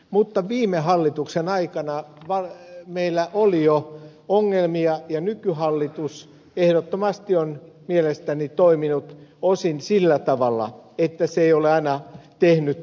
mutta viime hallituksen aikana meillä oli jo ongelmia ja nykyhallitus on ehdottomasti mielestäni toiminut osin sillä tavalla että se ei ole aina tehnyt parastaan